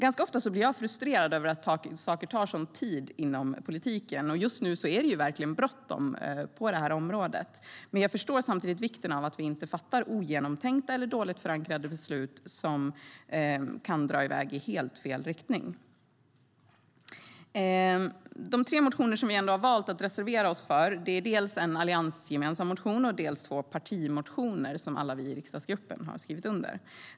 Ganska ofta blir jag frustrerad över att saker tar en sådan tid inom politiken, och just nu är det verkligen bråttom, men jag inser samtidigt vikten av att vi inte fattar ogenomtänkta eller dåligt förankrade beslut som kan dra i väg i helt fel riktning.De tre motioner vi ändå har valt att reservera oss för är dels en alliansgemensam motion, dels två partimotioner som alla vi i riksdagsgruppen har skrivit under.